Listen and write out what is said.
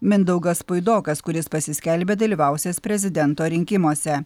mindaugas puidokas kuris pasiskelbė dalyvausiąs prezidento rinkimuose